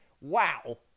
wow